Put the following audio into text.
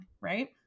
right